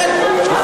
כן.